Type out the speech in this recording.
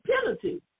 penalty